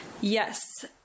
Yes